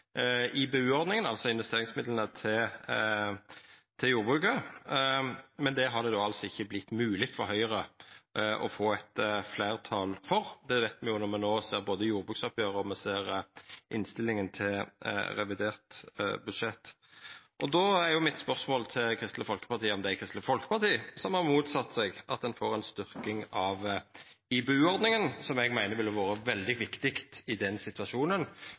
altså investeringsmidlane til jordbruket. Men det har det ikkje vore mogleg for Høgre å få eit fleirtal for, det veit me når me no ser både jordbruksoppgjeret og innstillinga til revidert budsjett. Då er spørsmålet mitt til Kristeleg Folkeparti om det er Kristeleg Folkeparti som har motsett seg at ein får ei styrking av IBU-ordninga, noko eg meiner ville ha vore veldig viktig i den situasjonen